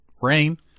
rain